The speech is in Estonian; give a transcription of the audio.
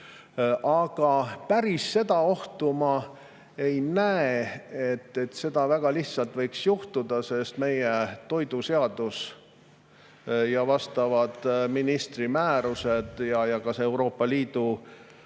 Aga seda ohtu ma päris ei näe, et see väga lihtsalt võiks juhtuda, sest meie toiduseadus, vastavad ministri määrused ja ka Euroopa Liidu